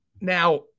Now